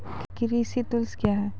कृषि टुल्स क्या हैं?